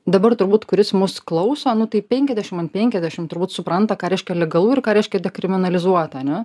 dabar turbūt kuris mus klauso nu tai penkiasdešim ant penkiasdešim turbūt supranta ką reiškia legalu ir ką reiškia dekriminalizuota ane